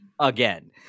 Again